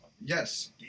Yes